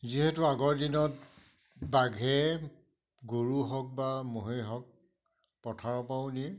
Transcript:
যিহেতু আগৰ দিনত বাঘে গৰু হওক বা মহেই হওক পথাৰৰ পৰাও নি